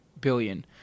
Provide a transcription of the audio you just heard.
billion